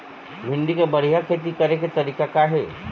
भिंडी के बढ़िया खेती करे के तरीका का हे?